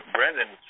Brendan